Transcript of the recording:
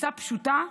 כניסה פשוטה,